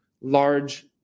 large